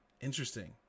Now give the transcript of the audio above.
Interesting